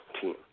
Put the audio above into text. team